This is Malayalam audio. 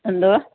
എന്തോ